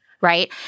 right